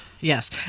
Yes